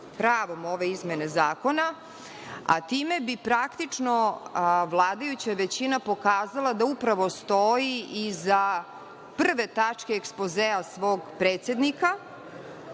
sadržaju ove izmene zakona, a time bi praktično vladajuća većina pokazala da upravo stoji iza prve tačke ekspozea svog predsednika,